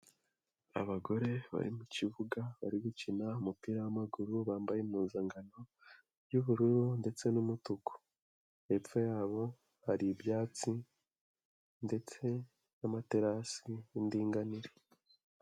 Abagore bari mu kibuga bari gukina umupira w'amaguru bambaye impuzankano y'ubururu ndetse n'umutuku, hepfo yabo hari ibyatsi ndetse n'amaterasi y'indinganire.